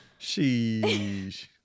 sheesh